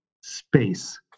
space